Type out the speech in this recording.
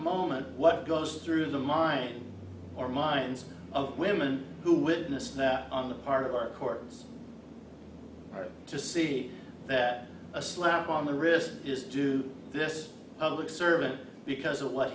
moment what goes through the mind or minds of women who witness that on the part of our courts to see that a slap on the wrist just do this public servant because of what